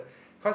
cause